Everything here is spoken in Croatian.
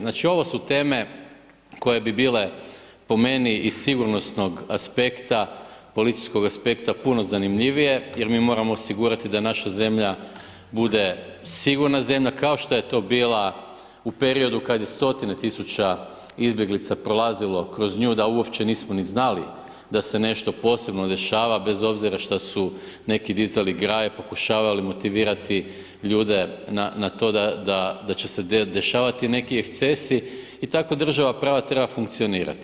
Znači ovo su teme koje bi bile po meni iz sigurnosnog aspekta, policijskog aspekta puno zanimljivije jer mi moramo osigurati da naša zemlja bude sigurna zemlja kao što je to bila u periodu kad je stotina tisuća izbjeglica prolazimo kroz nju da uopće nismo ni znali da se nešto posebno dešava, bez obzira što su neki dizali graje, pokušavali motivirati ljude na to da će se dešavati neki ekscesi i tako država prava treba funkcionirati.